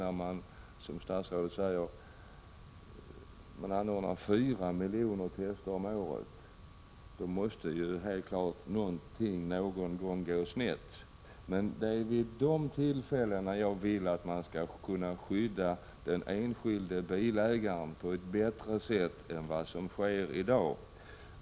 När man, som statsrådet säger, anordnar fyra miljoner tester om året måste helt klart någonting någon gång gå snett. Men det är vid dessa tillfällen jag vill att man skall kunna skydda den enskilde bilägaren på ett bättre sätt än vad som sker i dag.